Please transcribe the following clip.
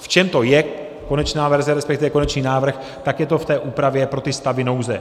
V čem to je konečná verze, respektive konečný návrh, tak je to v té úpravě pro ty stavy nouze.